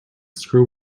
screw